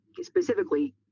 specifically